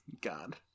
God